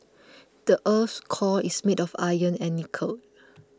the earth's core is made of iron and nickel